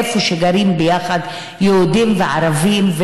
איפה שגרים ביחד יהודים וערבים,